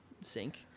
sink